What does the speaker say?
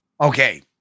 Okay